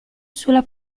sulla